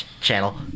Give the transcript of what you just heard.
channel